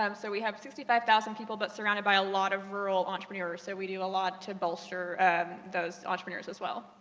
um so we have sixty five thousand people, but surrounded by a lot of rural entrepreneurs, so we do a lot to bolster, um, those entrepreneurs as well.